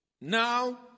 Now